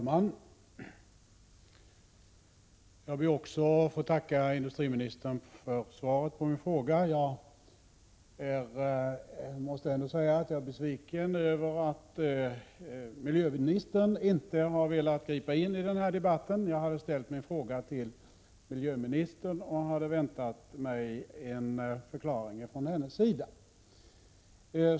Herr talman! Jag ber att få tacka industriministern för svaret på min fråga, men jag måste ändå säga att jag är besviken över att miljöministern inte har velat gripa in i denna debatt. Jag ställde min fråga till henne och väntade mig en förklaring från hennes sida.